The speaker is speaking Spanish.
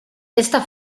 esta